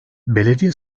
belediye